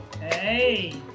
Hey